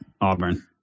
Auburn